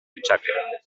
ditzake